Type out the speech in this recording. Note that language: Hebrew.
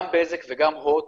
חברות